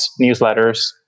newsletters